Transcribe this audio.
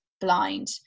blind